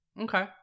Okay